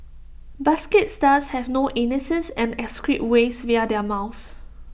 basket stars have no anuses and excrete waste via their mouths